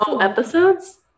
episodes